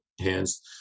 hands